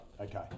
okay